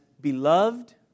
beloved